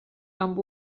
amb